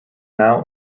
now